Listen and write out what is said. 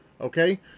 Okay